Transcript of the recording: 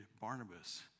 Barnabas